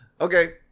Okay